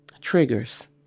triggers